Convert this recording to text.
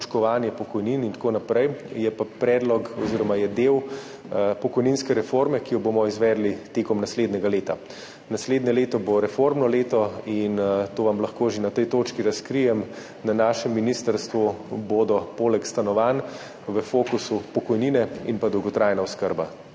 točkovanje pokojnin in tako naprej sta pa predloga oziroma del pokojninske reforme, ki jo bomo izvedli tekom naslednjega leta. Naslednje leto bo reformno leto in to vam lahko že na tej točki razkrijem, na našem ministrstvu bodo poleg stanovanj v fokusu pokojnine in pa dolgotrajna oskrba.